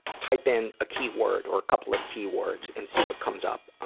type in a keyword or a couple of keywords and see what comes up.